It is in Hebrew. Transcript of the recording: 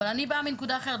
אבל אני באה מנקודה אחרת.